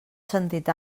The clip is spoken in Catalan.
sentit